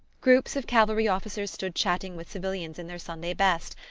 groups of cavalry officers stood chatting with civilians in their sunday best,